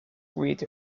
with